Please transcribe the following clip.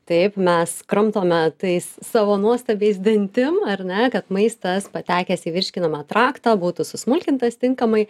taip mes kramtome tais savo nuostabiais dantim ar ne kad maistas patekęs į virškinamą traktą būtų susmulkintas tinkamai